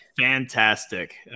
Fantastic